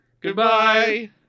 Goodbye